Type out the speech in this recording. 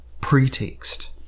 pretext